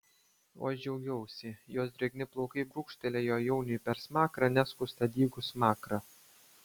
o aš džiaugiausi jos drėgni plaukai brūkštelėjo jauniui per smakrą neskustą dygų smakrą